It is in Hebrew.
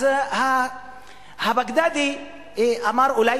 אז הבגדדי אמר: אולי